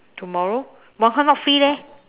tomorrow but not free leh